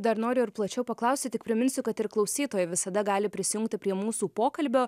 dar noriu ir plačiau paklausti tik priminsiu kad ir klausytojai visada gali prisijungti prie mūsų pokalbio